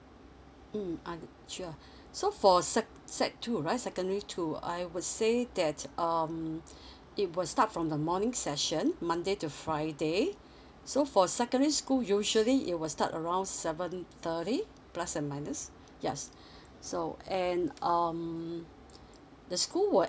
mm und~ sure so for sec sec two right secondary two I would say that um it will start from the morning session monday to friday so for secondary school usually it will start around seven thirty plus and minus yes so and um the school will